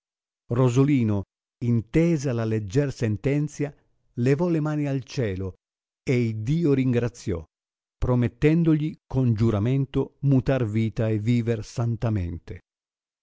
rosolino intesa la legger sentenzia levò le mani al cielo e iddio ringraziò promettendogli con giuramento mutar vita e viver santamente